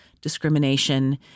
discrimination